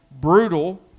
brutal